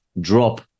drop